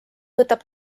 võtab